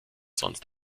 sonst